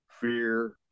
fear